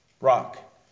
rock